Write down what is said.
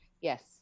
Yes